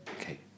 Okay